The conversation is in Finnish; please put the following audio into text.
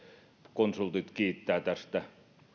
konsultit kiittävät tästä